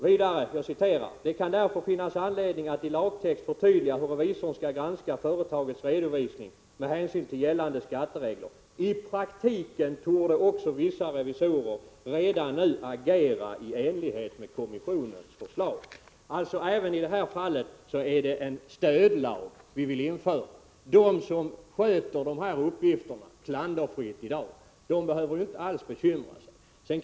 Vidare säger statskontoret: ”Det kan därför finnas anledning att i lagtext förtydliga hur revisorn skall granska företagets redovisning med hänsyn till gällande skatteregler. I praktiken torde också vissa revisorer redan nu agera i enlighet med kommissionens förslag.” Även i det här fallet är det alltså en stödlag vi vill införa. De som sköter de här uppgifterna klanderfritt i dag behöver inte alls bekymra sig.